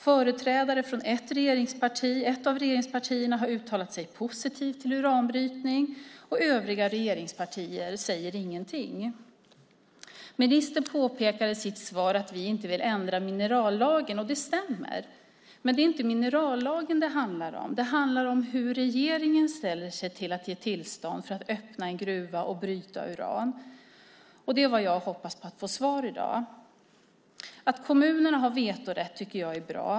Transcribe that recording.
Företrädare från ett av regeringspartierna har uttalat sig positivt till uranbrytning, och övriga regeringspartier säger ingenting. Ministern påpekar i sitt svar att vi inte vill ändra minerallagen. Det stämmer. Men det handlar inte om minerallagen. Det handlar om hur regeringen ställer sig till att ge tillstånd till att öppna en gruva och bryta uran. Det är vad jag hoppas få svar på i dag. Jag tycker att det är bra att kommunerna har vetorätt.